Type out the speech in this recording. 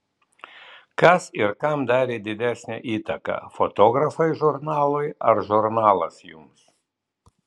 kas ir kam darė didesnę įtaką fotografai žurnalui ar žurnalas jums